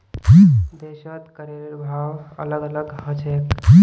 देशत करेर भाव अलग अलग ह छेक